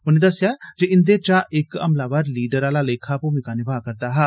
उनें दस्सेआ जे इंदे चा इक हमलावर लीडर आला लेखा भूमका नभा'रदा हा